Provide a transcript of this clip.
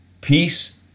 Peace